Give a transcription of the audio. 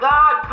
God